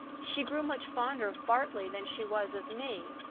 she grew much fonder of bartley than she was of me.